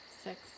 six